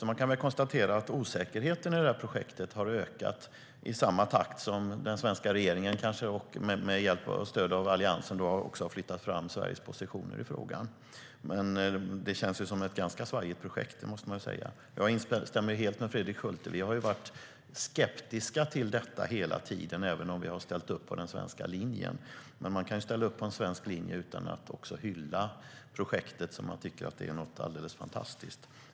Man kan väl konstatera att osäkerheten i projektet har ökat i samma takt som den svenska regeringen med stöd av Alliansen har flyttat fram Sveriges positioner i frågan. Men det känns som ett ganska svajigt projekt, måste man säga. Jag instämmer helt med Fredrik Schulte. Vi har varit skeptiska till detta hela tiden, även om vi har ställt upp på den svenska linjen. Men man kan ju ställa upp på en svensk linje utan att hylla projektet och tycka att det är helt fantastiskt.